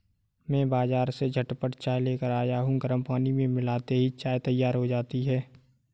मैं बाजार से झटपट चाय लेकर आया हूं गर्म पानी में मिलाते ही चाय तैयार हो जाती है